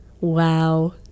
Wow